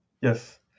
Yes